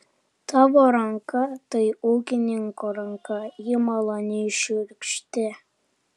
tavo ranka tai ūkininko ranka ji maloniai šiurkšti